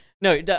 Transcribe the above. No